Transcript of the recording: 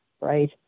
Right